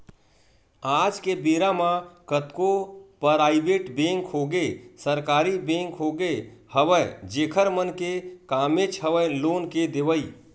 आज के बेरा म कतको पराइवेट बेंक होगे सरकारी बेंक होगे हवय जेखर मन के कामेच हवय लोन के देवई